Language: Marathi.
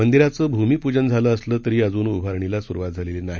मंदिराचं भूमिपूजन झालं असलं तरी अजून उभारणीला सुरुवात झाली नाही